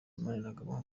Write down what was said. maniragaba